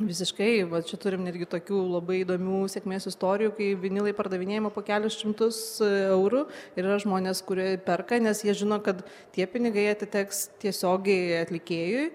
visiškai va čia turim irgi tokių labai įdomių sėkmės istorijų kai vinilai pardavinėjami po kelis šimtus eurų ir yra žmonės kurie perka nes jie žino kad tie pinigai atiteks tiesiogiai atlikėjui